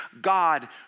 God